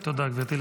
תודה, גברתי.